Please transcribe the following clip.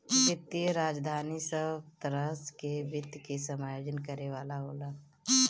वित्तीय राजधानी सब तरह के वित्त के समायोजन करे वाला होला